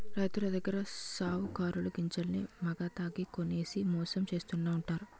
రైతులదగ్గర సావుకారులు గింజల్ని మాగతాకి కొనేసి మోసం చేస్తావుంటారు